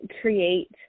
create